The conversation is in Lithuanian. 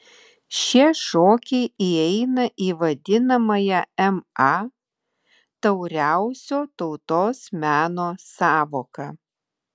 šie šokiai įeina į vadinamąją ma tauriausio tautos meno sąvoką